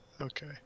Okay